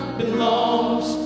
belongs